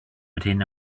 within